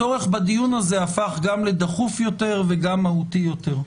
והצורך בדיון הזה הפך גם לדחוף יותר וגם מהותי יותר.